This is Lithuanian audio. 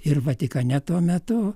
ir vatikane tuo metu